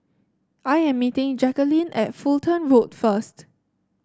I am meeting Jackeline at Fulton Road first